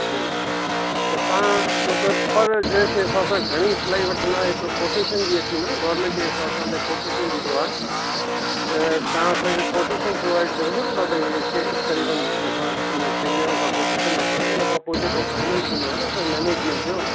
त तव्हां मतिलबु पर ड्रेस जे हिसाब सां घणी सिलाई वठंदा आहियो कोटेशन जीअं थी न गोरमेंट जे हिसाब सां भई कोटेशन ॾिबो आहे त तव्हां असांखे कोटेशन प्रोवाइड कयो त भई हिते क़रीबनि असां टिनि ॼणनि खां कोटेशन वठा उन खां पोइ जेको फाइनल थींदो आहे न असां मैनेजमैंट इहो